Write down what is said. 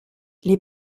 les